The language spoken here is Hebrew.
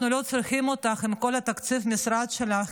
אנחנו לא צריכים אותך עם כל תקציב המשרד שלך,